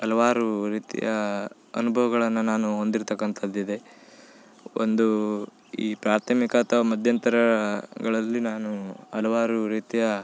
ಹಲ್ವಾರು ರೀತಿಯ ಅನುಭವಗಳನ್ನ ನಾನು ಹೊಂದಿರ್ತಕ್ಕಂಥದ್ದು ಇದೆ ಒಂದು ಈ ಪ್ರಾಥಮಿಕ ಅಥವಾ ಮಧ್ಯಂತರಗಳಲ್ಲಿ ನಾನು ಹಲವಾರು ರೀತಿಯ